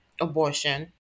abortion